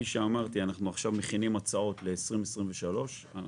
אנחנו עכשיו מכינים הצעות ל-2023 שבהן